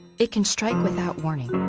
it can strike without warning,